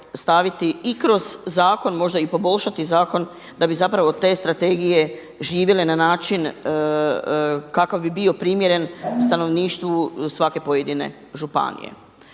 staviti i kroz zakon, možda i poboljšati zakon da bi zapravo te strategije živjele na način kakav bi bio primjeren stanovništvu svake pojedine županije.